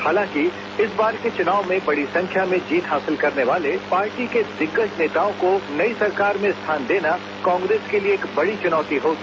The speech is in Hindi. हालांकि इस बार के चुनाव में बड़ी संख्या में जीत हासिल करने वाले पार्टी के दिग्गज नेताओं को नई सरकार में स्थान देना कांग्रेस के लिए एक बड़ी चुनौती होगी